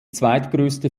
zweitgrößte